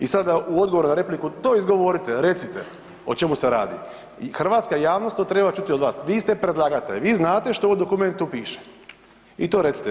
I sada u odgovoru na repliku to izgovorite, recite o čemu se radi i hrvatska javnost to treba čuti od vas, vi ste predlagatelj, vi znate što u ovom dokumentu piše i to recite.